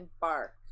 bark